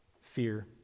fear